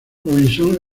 robinson